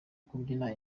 kubyina